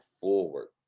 forward